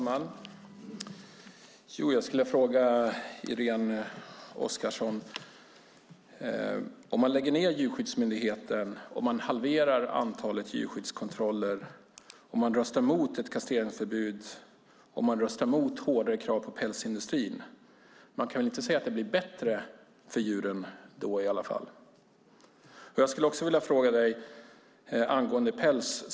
Herr talman! Jag skulle vilja ställa en fråga till Irene Oskarsson: Om man lägger ned Djurskyddsmyndigheten och halverar antalet djurskyddskontroller och om man röstar mot ett kastreringsförbud och mot hårdare krav på pälsindustrin kan man väl inte, Irene Oskarsson, säga att det då blir bättre för djuren? Vidare gäller det pälsindustrin.